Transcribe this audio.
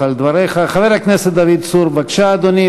את אלפי הפצועים והלומי הקרב שעודם אתנו